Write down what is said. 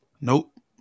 Nope